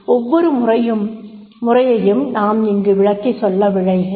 ஒவ்வொரு முறையையும் நான் இங்கு விளக்கி சொல்ல விழைகிறேன்